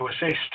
assist